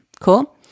Cool